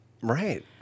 Right